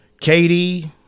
Katie